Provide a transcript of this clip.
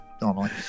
normally